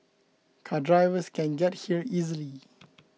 car drivers can get here easily